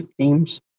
teams